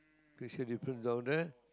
did you see the difference down there